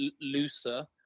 looser